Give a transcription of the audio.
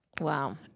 Wow